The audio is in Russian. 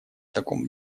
таком